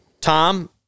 Tom